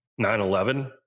9-11